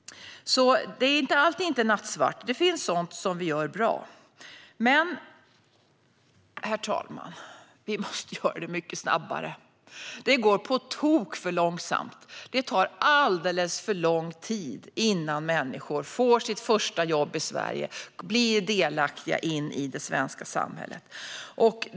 Allt är alltså inte nattsvart. Det finns sådant vi gör bra. Men, herr talman, vi måste göra det mycket snabbare. Det går på tok för långsamt. Det tar alldeles för lång tid innan människor får sitt första jobb i Sverige och blir delaktiga i det svenska samhället.